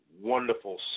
wonderful